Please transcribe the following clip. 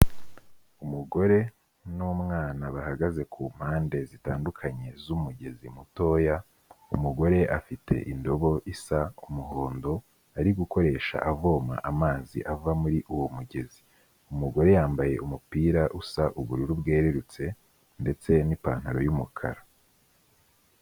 Umugore n'umwana bahagaze ku mpande zitandukanye z'umugezi mutoya; umugore afite indobo isa umuhondo, ari gukoresha avoma amazi avama muri uwo mugezi. Umugore yambaye umupira usa ubururu bwerurutse ndetse n'ipantaro y'umukara.